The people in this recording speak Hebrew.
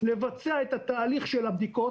לבצע את תהליך הבדיקות,